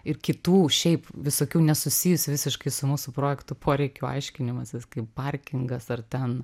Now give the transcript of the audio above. ir kitų šiaip visokių nesusijusių visiškai su mūsų projektu poreikių aiškinimasis kaip parkingas ar ten